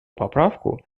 поправку